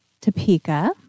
Topeka